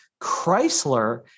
Chrysler